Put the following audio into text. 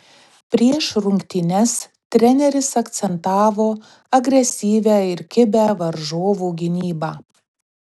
prieš rungtynes treneris akcentavo agresyvią ir kibią varžovų gynybą